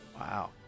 Wow